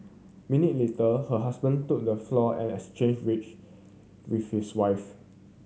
minute later her husband took the floor and exchanged wage with his wife